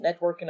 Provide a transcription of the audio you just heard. networking